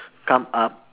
come up